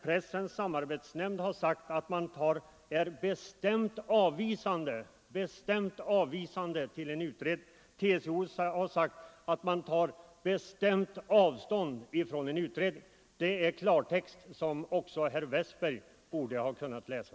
Pressens samarbetsnämnd har sagt att man ställer sig bestämt avvisande till en utredning. TCO har sagt att TCO tar bestämt avstånd från en utredning. Det är klartext som också herr Westberg borde ha kunnat läsa.